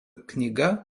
knyga